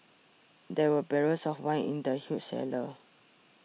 there were barrels of wine in the huge cellar